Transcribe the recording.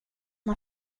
har